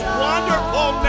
wonderful